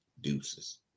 Deuces